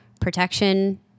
protection